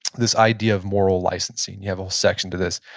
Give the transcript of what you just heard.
this idea of moral licensing. you have a whole section to this,